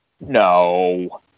No